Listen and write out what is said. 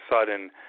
sudden